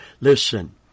Listen